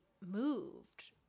moved